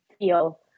feel